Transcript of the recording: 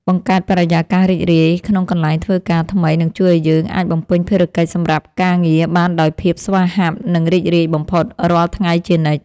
បង្កើតបរិយាកាសរីករាយក្នុងកន្លែងធ្វើការថ្មីនឹងជួយឱ្យយើងអាចបំពេញភារកិច្ចសម្រាប់ការងារបានដោយភាពស្វាហាប់និងរីករាយបំផុតរាល់ថ្ងៃជានិច្ច។